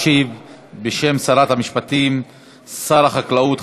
ישיב בשם שרת המשפטים שר החקלאות,